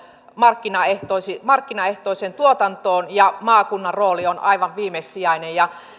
markkinaehtoiseen markkinaehtoiseen tuotantoon ja maakunnan rooli on aivan viimesijainen